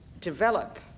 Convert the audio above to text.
develop